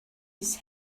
his